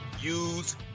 use